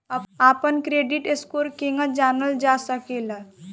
अपना credit score केगा जानल जा सकेला?